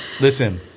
listen